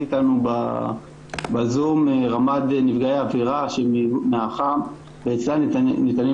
אתנו בזום רמ"ד נפגעי עבירה --- ואצלה נמצאים